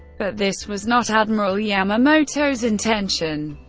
but this was not admiral yamamoto's intention.